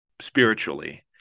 spiritually